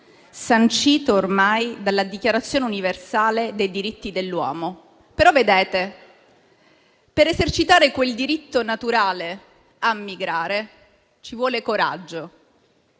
sancito dalla Dichiarazione universale dei diritti dell'uomo. Però, per esercitare quel diritto naturale a migrare, ci vuole coraggio